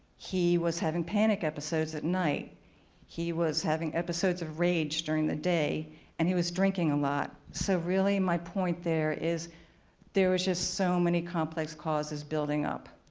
he was having panic episodes at night he was having episodes of rage during the day and he was drinking a lot. so, really, my point there is there was just so many complex causes building up.